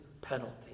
penalty